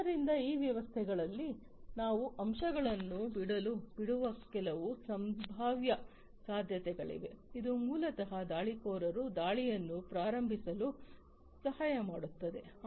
ಆದ್ದರಿಂದ ಆ ವ್ಯವಸ್ಥೆಗಳಲ್ಲಿ ಕೆಲವು ಅಂಶಗಳನ್ನು ಬಿಡುವ ಕೆಲವು ಸಂಭಾವ್ಯ ಸಾಧ್ಯತೆಗಳಿವೆ ಇದು ಮೂಲತಃ ದಾಳಿಕೋರರು ದಾಳಿಯನ್ನು ಪ್ರಾರಂಭಿಸಲು ಸಹಾಯಮಾಡುತ್ತದೆ